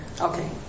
Okay